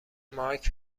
مایک